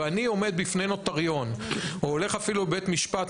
ואני עומד בפני נוטריון או הולך אפילו לבית משפט,